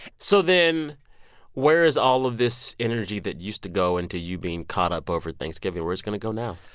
so then where is all of this energy that used to go into you being caught up over thanksgiving where's it going to go now?